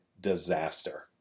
disaster